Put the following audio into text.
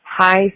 Hi